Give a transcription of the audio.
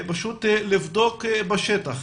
לבדוק מה קורה בשטח.